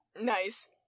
Nice